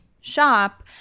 shop